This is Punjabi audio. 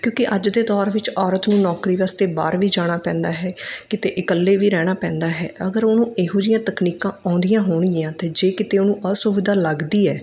ਕਿਉਂਕਿ ਅੱਜ ਦੇ ਦੌਰ ਵਿੱਚ ਔਰਤ ਨੂੰ ਨੌਕਰੀ ਵਾਸਤੇ ਬਾਹਰ ਵੀ ਜਾਣਾ ਪੈਂਦਾ ਹੈ ਕਿਤੇ ਇਕੱਲੇ ਵੀ ਰਹਿਣਾ ਪੈਂਦਾ ਹੈ ਅਗਰ ਉਹਨੂੰ ਇਹੋ ਜਿਹੀਆਂ ਤਕਨੀਕਾਂ ਆਉਂਦੀਆਂ ਹੋਣਗੀਆਂ ਅਤੇ ਜੇ ਕਿਤੇ ਉਹਨੂੰ ਅਸੁਵਿਧਾ ਲੱਗਦੀ ਹੈ